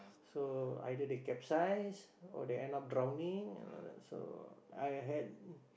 so either they capsize or they end up drowning uh so I had